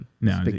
No